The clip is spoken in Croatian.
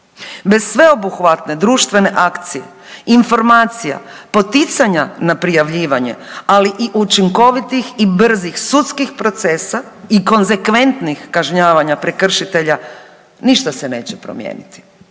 Bez sveobuhvatne društvene akcije, informacija, poticanja na prijavljivanje, ali i učinkovitih i brzih sudskih procesa i konsekventnih kažnjavanja prekršitelja ništa se neće promijeniti,